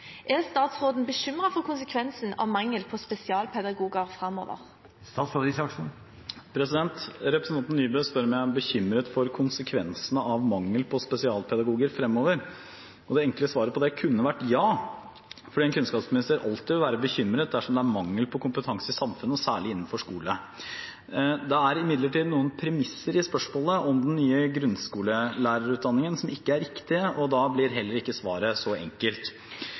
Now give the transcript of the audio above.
Er statsråden bekymret for konsekvensen av mangel på spesialpedagoger framover?» Representanten Nybø spør meg om jeg er bekymret for konsekvensene av mangel på spesialpedagoger fremover. Det enkle svaret på det kunne vært ja, fordi en kunnskapsminister alltid vil være bekymret dersom det er mangel på kompetanse i samfunnet, og særlig innenfor skole. Det er imidlertid noen premisser i spørsmålet om den nye grunnskolelærerutdanningen som ikke er riktige, og da blir heller ikke svaret så enkelt.